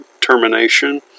termination